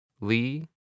Lee